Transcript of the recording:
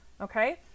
Okay